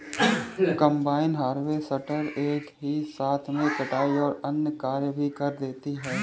combine harvester एक ही साथ में कटाई और अन्य कार्य भी कर देती है